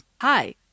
hi